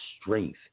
strength